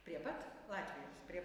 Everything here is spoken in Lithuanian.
prie pat latvijos prie